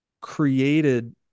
created